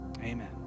Amen